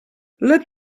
let